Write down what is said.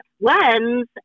lens